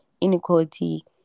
inequality